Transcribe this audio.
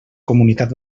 comunitat